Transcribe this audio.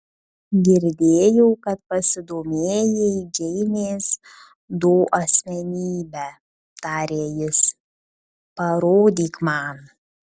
girdėjau kad pasidomėjai džeinės do asmenybe tarė jis parodyk man